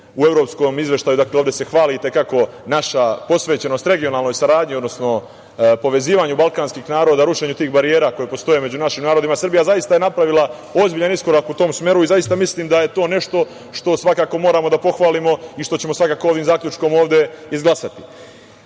evropskom Izveštaju ovde se hvali naša posvećenost regionalnoj saradnji, odnosno povezivanju balkanskih naroda u rušenju tih barijera koje postoje među našim narodima. Srbija je zaista napravila ozbiljan iskorak u tom smeru i zaista mislim da je to nešto što svakako moramo da pohvalimo i što ćemo ovim zaključkom ovde izglasati. Kada